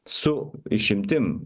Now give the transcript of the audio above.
su išimtim